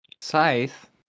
Scythe